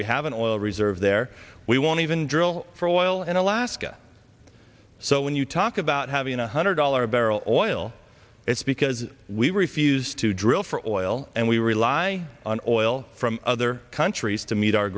we have an oil reserve there we won't even drill for oil in alaska so when you talk about having a hundred dollar a barrel oil it's because we refuse to drill for oil and we rely on oil from other countries to meet